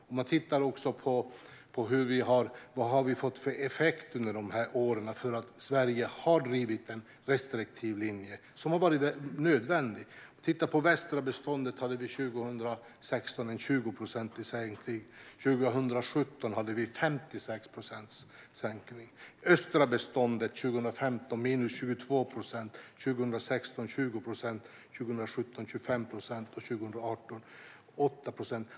Man kan titta på vad vi har fått effekt under åren för att Sverige har drivit en restriktiv linje, som har varit nödvändig. Om man tittar på västra beståndet hade vi 2016 en sänkning med 20 procent och 2017 en sänkning med 56 procent. För östra beståndet hade vi 2015 minus 22 procent, 2016 var det 20 procent, 2017 var det 25 procent och 2018 blir det 8 procent.